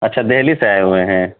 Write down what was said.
اچھا دہلی سے آئے ہوئے ہیں